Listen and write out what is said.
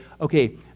okay